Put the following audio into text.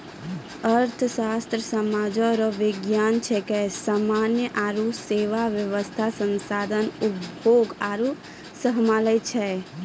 अर्थशास्त्र सामाज रो विज्ञान छिकै समान आरु सेवा वेवस्था संसाधन उपभोग आरु सम्हालै छै